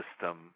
system